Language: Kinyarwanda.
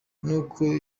kuko